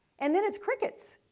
and then it's crickets.